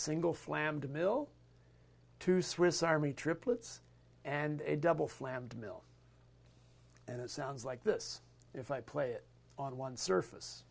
single flam tamil two swiss army triplets and a double flammed mill and it sounds like this if i play it on one surface